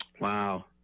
wow